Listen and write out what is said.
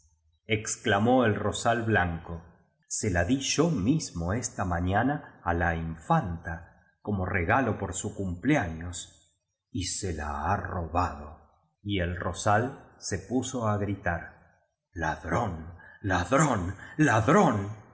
floresexclamó el rosal blanco se la di yo mismo esta mañana á la infanta como regalo por su cumpleaños y se la ha robado y el rosal se puso á gritar ladrón ladrón ladrón